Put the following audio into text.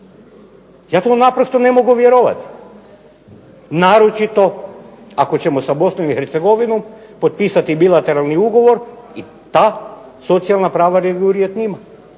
Ja to naprosto ne mogu vjerovati, naročito ako ćemo sa Bosnom i Hercegovinom potpisati bilateralni ugovor i ta socijalna prava regulirati